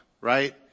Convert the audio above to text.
right